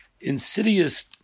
insidious